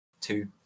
two